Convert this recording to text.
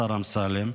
השר אמסלם,